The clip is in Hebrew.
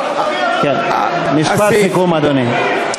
משפט סיכום, אדוני.